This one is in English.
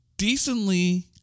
Decently